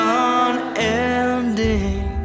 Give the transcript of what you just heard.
unending